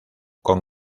con